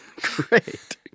Great